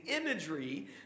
imagery